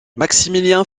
maximilien